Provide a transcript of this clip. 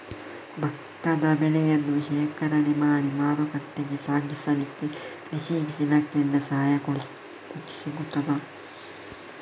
ಭತ್ತದ ಬೆಳೆಯನ್ನು ಶೇಖರಣೆ ಮಾಡಿ ಮಾರುಕಟ್ಟೆಗೆ ಸಾಗಿಸಲಿಕ್ಕೆ ಕೃಷಿ ಇಲಾಖೆಯಿಂದ ಸಹಾಯ ಸಿಗುತ್ತದಾ?